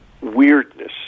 weirdness